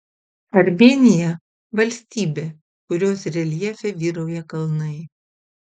armėnija valstybė kurios reljefe vyrauja kalnai